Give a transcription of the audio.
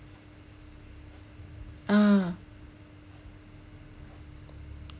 ah